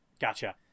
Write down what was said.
Gotcha